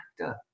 actor